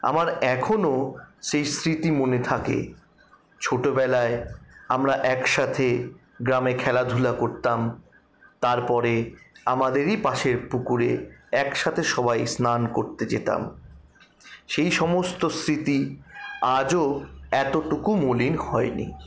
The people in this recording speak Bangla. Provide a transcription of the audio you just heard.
আমার এখনও সেই স্মৃতি মনে থাকে ছোটোবেলায় আমরা একসাথে গ্রামে খেলাধুলা করতাম তারপরে আমাদেরই পাশের পুকুরে একসাথে সবাই স্নান করতে যেতাম সেই সমস্ত স্মৃতি আজও এতটুকু মলিন হয়নি